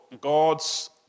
God's